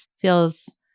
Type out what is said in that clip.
feels